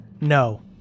No